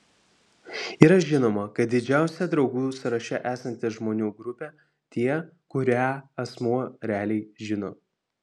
yra žinoma kad didžiausia draugų sąraše esanti žmonių grupė tie kurią asmuo realiai žino